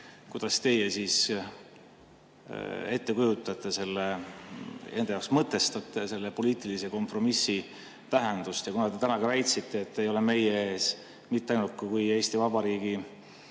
kuidas teie ette kujutate, enda jaoks mõtestate poliitilise kompromissi tähendust. Kuna te täna väitsite, et te ei ole meie ees mitte ainult kui Eesti Vabariigi